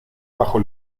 bajo